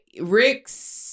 Rick's